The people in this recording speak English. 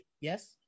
Yes